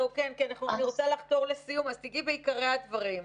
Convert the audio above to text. רוצה לחתור לסיום, אז תגעי בעיקרי הדברים.